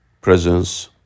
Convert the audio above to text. presence